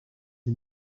des